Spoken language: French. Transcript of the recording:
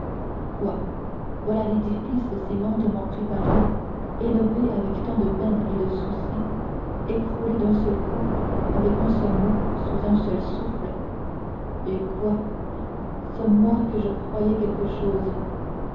quoi voilà l'édifice si lentement préparé élevé avec tant de peines et de soucis écroulé d'un seul coup avec un seul mot sous un souffle eh quoi ce moi que je croyais quelque chose